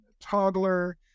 toddler